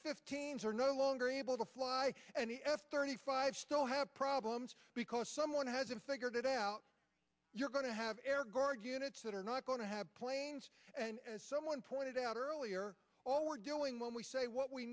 fifteen s are no longer able to fly and the f thirty five still have problems because someone hasn't figured it out you're going to have air guard units that are not going to have planes and as someone pointed out earlier all we're doing when we say what we